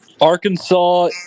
Arkansas